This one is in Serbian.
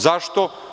Zašto?